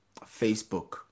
Facebook